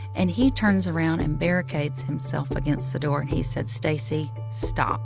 and he turns around and barricades himself against the door. he said, stacy, stop